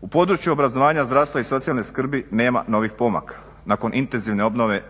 U području obrazovanja, zdravstva i socijalne skrbi nema novih pomaka. Nakon intenzivne obnove